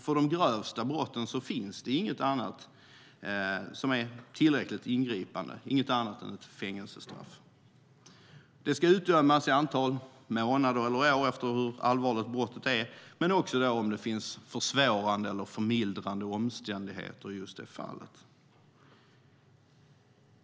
För de grövsta brotten finns inget annat än fängelsestraff som är tillräckligt ingripande. Det ska utdömas i ett antal månader eller år efter hur allvarligt brottet är, men med hänsyn till om det finns försvårande eller förmildrande omständigheter i fallet.